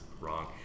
wrong